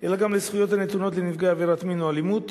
אלא גם לזכויות הנתונות לנפגעי עבירת מין או אלימות,